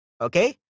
Okay